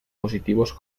positivos